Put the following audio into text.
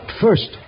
first